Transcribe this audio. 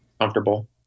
comfortable